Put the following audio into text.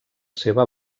seva